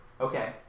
Okay